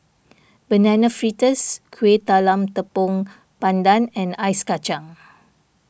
Banana Fritters Kueh Talam Tepong Pandan and Ice Kacang